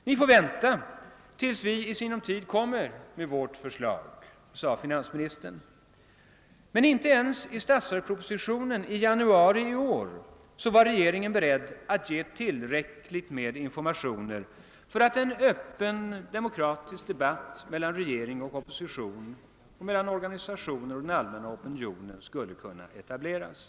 >Ni får vänta till dess vi i sinom tid lägger fram vårt förslag», sade finansministern. Inte ens i statsverkspropositionen i januari i år var regeringen beredd att lämna tillräckligt med informationer för att en öppen demokratisk debatt mellan regering och opposition och mellan organisationer och den allmänna opinionen skulle kunna etableras.